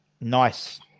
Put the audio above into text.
nice